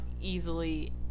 easily